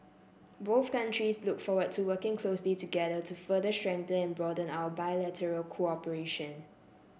both countries look forward to working closely together to further strengthen and broaden our bilateral cooperation